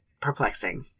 perplexing